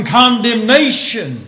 condemnation